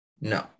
No